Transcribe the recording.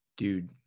Dude